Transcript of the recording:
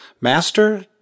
Master